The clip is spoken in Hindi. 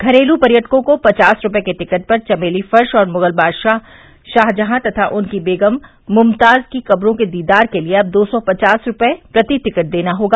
घरेलू पर्यटकों को पचास रूपये के टिकट पर चमेली फर्श और मुगल बादशाह शाहजहां तथा उनकी बेगम मुमताज की कब्रों के दीदार के लिए अब दो सौ पवास रूपये प्रति टिकट देना होगा